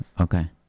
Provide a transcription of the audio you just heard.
Okay